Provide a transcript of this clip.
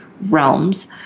realms